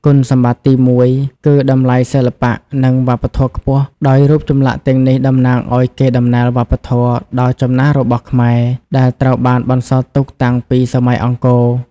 គុណសម្បត្តិទីមួយ គឺ តម្លៃសិល្បៈ និងវប្បធម៌ខ្ពស់ ដោយរូបចម្លាក់ទាំងនេះតំណាងឱ្យកេរដំណែលវប្បធម៌ដ៏ចំណាស់របស់ខ្មែរ ដែលត្រូវបានបន្សល់ទុកតាំងពីសម័យអង្គរ។